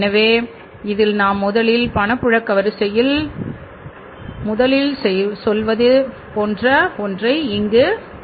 எனவே இதில் நாம் முதலில் பணப்புழக்க வரிசையில் முதலில் சொல்வது போன்ற ஒன்றை இங்கு எடுத்துக்கொள்கிறோம்